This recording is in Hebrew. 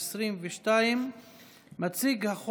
נתקבלה.